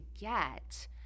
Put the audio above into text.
get